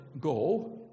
go